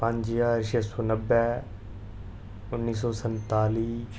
पंज ज्हार छे सौ नब्बै उन्नी सौ संताली